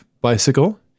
bicycle